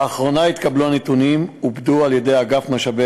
לאחרונה התקבלו הנתונים ועובדו על-ידי אגף משאבי